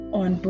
on